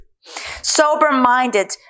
Sober-minded